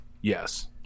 Yes